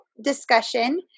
discussion